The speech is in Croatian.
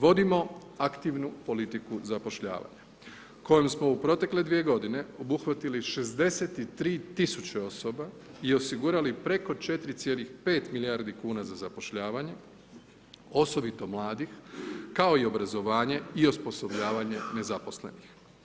Vodimo aktivnu politiku zapošljavanja kojom smo u protekle dvije godine obuhvatili 63.000 osoba i osigurali preko 4,5 milijardi kuna za zapošljavanje, osobito mladih, kao i obrazovanje i osposobljavanje nezaposlenih.